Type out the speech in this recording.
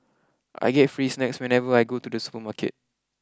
I get free snacks whenever I go to the supermarket